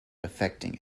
affecting